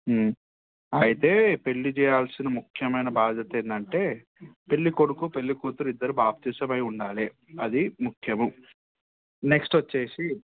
అయితే పెళ్ళి చేయాల్సిన ముఖ్యమైన బాధ్యత ఏంటంటే పెళ్ళికొడుకు పెళ్ళికూతురు ఇద్దరు బాప్టిజం అయ్యి ఉండాలి అది ముఖ్యము నెక్స్ట్ వచ్చి